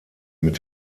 mit